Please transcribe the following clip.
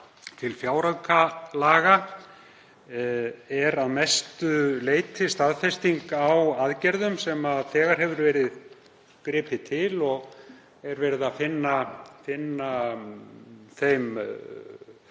til fjáraukalaga er að mestu leyti staðfesting á aðgerðum sem þegar hefur verið gripið til og er verið að finna þeim,